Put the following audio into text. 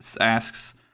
Asks